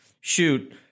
shoot